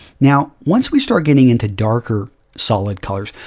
now, once we start getting into darker, solid colors,